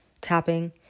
tapping